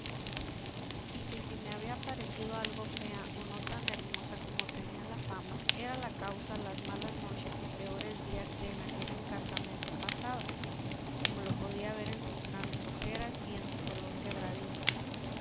y que si me había parecido algo fea o no tan hermosa como tenía la fama era la causa las malas noches y peores días que en aquel encantamento pasaba como lo podía ver en sus grandes ojeras y en su color quebradiza